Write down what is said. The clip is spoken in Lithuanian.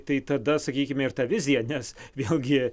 tai tada sakykime ir ta vizija nes vėlgi